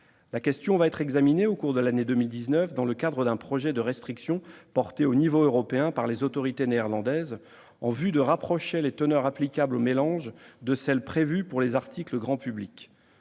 La question va être examinée au cours de l'année 2019 dans le cadre d'un projet de restriction porté au niveau européen par les autorités néerlandaises, en vue de rapprocher les teneurs applicables aux mélanges de celles prévues pour les articles grand public.